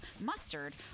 mustard